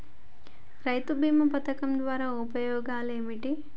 రైతు బీమా పథకం ద్వారా ఉపయోగాలు ఏమిటి?